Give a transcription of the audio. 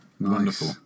Wonderful